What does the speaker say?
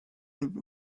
and